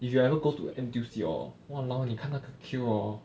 if you ever go to N_T_U_C hor !walao! 你看那个 queue hor